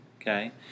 Okay